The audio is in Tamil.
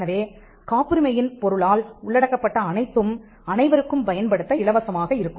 எனவே காப்புரிமையின் பொருளால் உள்ளடக்கப்பட்ட அனைத்தும் அனைவருக்கும் பயன்படுத்த இலவசமாக இருக்கும்